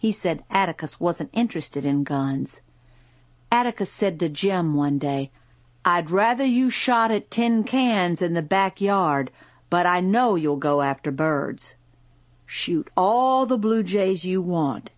he said atticus wasn't interested in guns atticus said to jim one day i'd rather you shot it ten cans in the back yard but i know you'll go after birds shoot all the bluejays you want